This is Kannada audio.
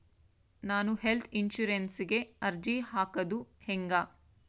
ನಾನು ಹೆಲ್ತ್ ಇನ್ಸುರೆನ್ಸಿಗೆ ಅರ್ಜಿ ಹಾಕದು ಹೆಂಗ?